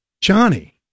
johnny